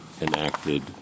enacted